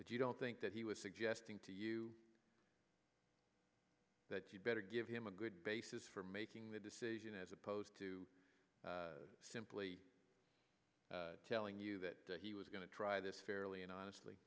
but you don't think that he was suggesting to you that you better give him a good basis for making the decision as opposed to simply telling you that he was going to try this fairly and honestly